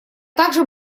также